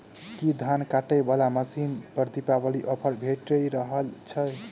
की धान काटय वला मशीन पर दिवाली ऑफर भेटि रहल छै?